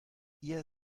ihr